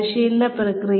പരിശീലന പ്രക്രിയ